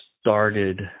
started